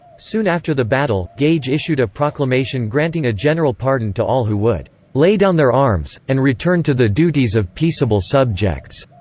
soon after the battle, gage issued a proclamation granting a general pardon to all who would lay down their arms, and return to the duties of peaceable subjects